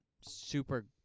super